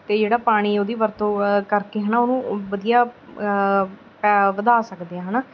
ਅਤੇ ਜਿਹੜਾ ਪਾਣੀ ਉਹਦੀ ਵਰਤੋਂ ਕਰਕੇ ਹੈ ਨਾ ਉਹਨੂੰ ਵਧੀਆ ਵਧਾ ਸਕਦੇ ਆ ਹੈ ਨਾ